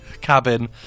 cabin